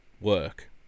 work